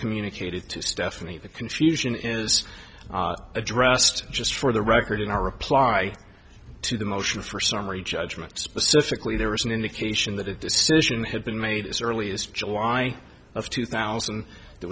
communicated to stephanie the confusion is addressed just for the record in our reply to the motion for summary judgment specifically there was an indication that it decision had been made as early as july of two thousand th